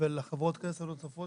ולחברות הכנסת הנוספות